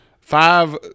Five